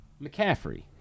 McCaffrey